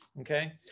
okay